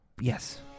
Yes